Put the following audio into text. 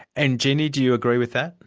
and jeannie, do you agree with that?